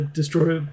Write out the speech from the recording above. Destroyer